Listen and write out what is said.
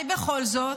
אולי בכל זאת?